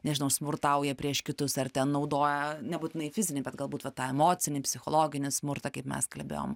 nežinau smurtauja prieš kitus ar ten naudoja nebūtinai fizinį bet galbūt va tą emocinį psichologinį smurtą kaip mes kalbėjom